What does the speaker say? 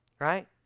right